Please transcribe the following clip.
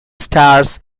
stars